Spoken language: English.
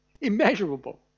immeasurable